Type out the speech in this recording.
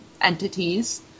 entities